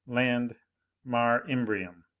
land mare imbrium.